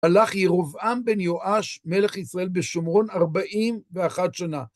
הלך ירובעם בן יואש מלך ישראל בשומרון ארבעים ואחת שנה.